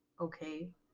okay